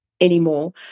anymore